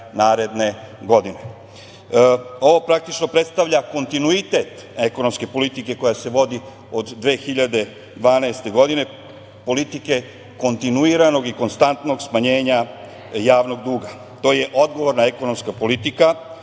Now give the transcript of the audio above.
praktično predstavlja kontinuitet ekonomske politike koja se vodi od 2012. godine, politike kontinuiranog i konstantnog smanjenja javnog duga. To je odgovorna ekonomska politika,